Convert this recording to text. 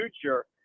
future